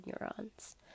neurons